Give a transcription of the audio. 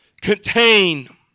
contain